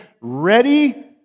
ready